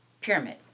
Pyramid